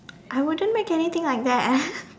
I wouldn't make anything like that